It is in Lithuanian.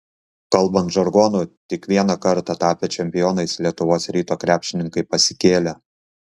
kalbant žargonu tik vieną kartą tapę čempionais lietuvos ryto krepšininkai pasikėlė